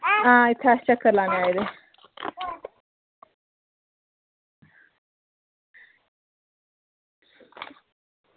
हां इत्थै अस चक्कर लानै गी आए दे